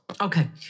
Okay